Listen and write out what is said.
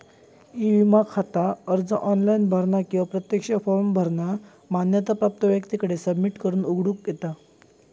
E विमा खाता अर्ज ऑनलाइन भरानं किंवा प्रत्यक्ष फॉर्म भरानं मान्यता प्राप्त व्यक्तीकडे सबमिट करून उघडूक येता